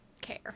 care